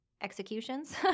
Executions